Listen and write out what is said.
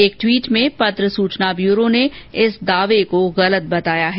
एक ट्वीट में पत्र सूचना ब्यूरो ने इस दावे को गलत बताया है